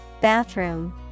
Bathroom